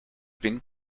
been